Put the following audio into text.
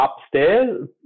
upstairs